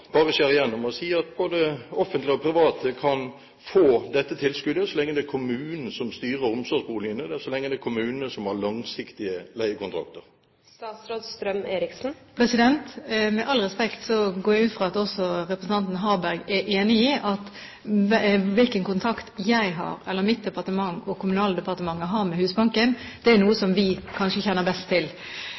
bare skjære igjennom og si at både offentlige og private kan få dette tilskuddet, så lenge det er kommunen som styrer omsorgsboligene, og så lenge det er kommunen som har de langsiktige leiekontraktene? Med all respekt, jeg går ut fra at også representanten Harberg er enig i at hvilken kontakt jeg, eller mitt departement eller Kommunaldepartementet har med Husbanken, er noe vi kanskje kjenner best til.